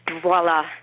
Voila